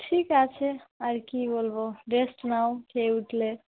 ঠিক আছে আর কী বলবো রেস্ট নাও খেয়ে উঠলে